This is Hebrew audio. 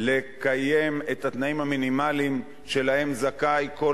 לקיים את התנאים המינימליים שלהם זכאי כל